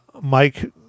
Mike